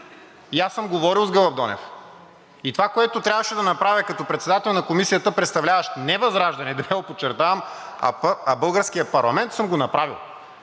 Аз съм говорил с Гълъб Донев. И това, което трябваше да направя като председател на Комисията, представляващ не ВЪЗРАЖДАНЕ – дебело подчертавам, а българския парламент, съм го направил.